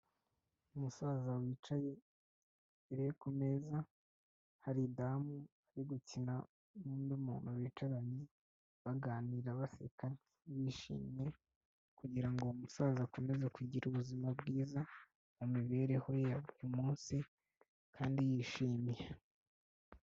Umusaza wicaye, imbere kumeza hari damu yo gukina n'undi muntu bicaranye, baganira baseka, bishimye, kugirango umusaza akomeze kugira ubuzima bwiza mu mibereho ye ya buri munsi kandi yishimiye.